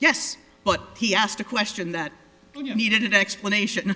yes but he asked a question that you needed an explanation